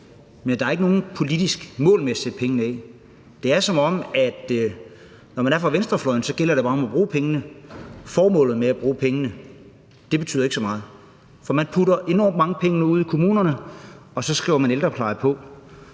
men der er ikke noget politisk mål med at sætte pengene af. Det er, som om det på venstrefløjen bare gælder om at bruge pengene, mens formålet med at bruge pengene ikke betyder så meget, for man sender enormt mange penge ud til kommunerne, og så skriver man ældrepleje på.